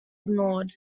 ignored